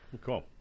cool